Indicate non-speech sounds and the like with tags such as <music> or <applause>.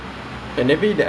!huh! you <laughs>